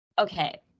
okay